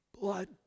Blood